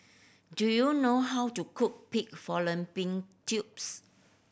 do you know how to cook pig fallopian tubes